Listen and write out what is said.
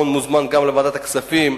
וחבר הכנסת בר-און מוזמן לוועדת הכספים,